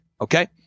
Okay